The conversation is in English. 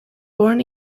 born